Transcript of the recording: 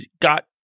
got